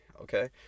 okay